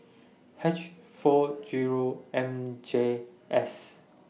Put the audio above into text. H four Zero M J S